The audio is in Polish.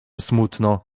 smutno